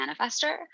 manifester